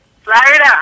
Florida